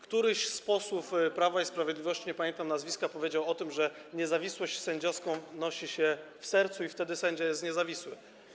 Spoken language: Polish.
Któryś z posłów Prawa i Sprawiedliwości, nie pamiętam nazwiska, powiedział o tym, że niezawisłość sędziowską nosi się w sercu i wtedy sędzia jest niezawisły.